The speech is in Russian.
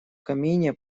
камине